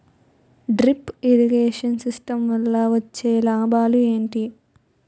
Drip irrigation system వల్ల వచ్చే లాభాలు ఏంటి?